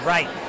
Right